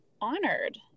honored